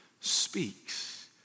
speaks